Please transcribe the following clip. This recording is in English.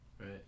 Right